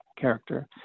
character